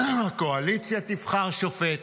הקואליציה תבחר שופט,